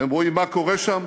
הם רואים מה קורה שם,